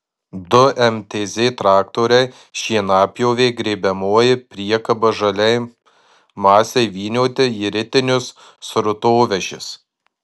du mtz traktoriai šienapjovė grėbiamoji priekaba žaliai masei vynioti į ritinius srutovežis